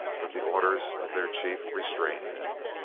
but the orders of their chief restrained them.